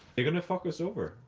they're gonna fuck us over.